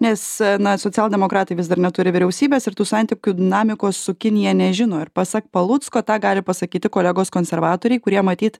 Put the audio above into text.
nes na socialdemokratai vis dar neturi vyriausybės ir tų santykių dinamikos su kinija nežino ir pasak palucko tą gali pasakyti kolegos konservatoriai kurie matyt